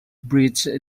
bridge